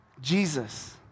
Jesus